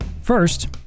First